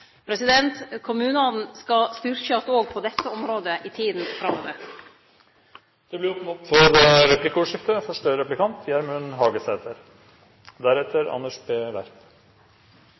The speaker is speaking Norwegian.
Kommunane skal styrkjast òg på dette området i tida framover. Det blir